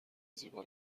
زیبا